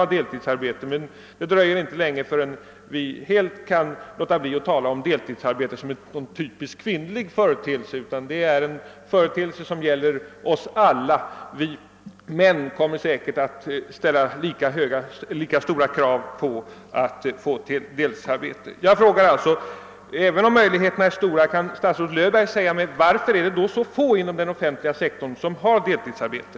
ha deltidsarbete, men det dröjer nog inte länge förrän vi helt kan låta bli att betrakta deltidsarbete som en typiskt kvinnlig företeelse, ty den gäller nog oss alla. Männen kommer säkerligen att ställa lika stora krav på att få deltidsarbete. Även om möjligheterna till deltidsarbete sägs vara stora, frågar jag statsrådet Löfberg: Varför har så få inom den offentliga sektorn deltidsarbete?